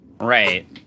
Right